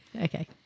Okay